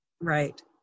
right